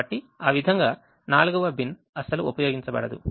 కాబట్టి ఆ విధంగా 4వ బిన్ అస్సలు ఉపయోగించబడదు